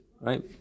right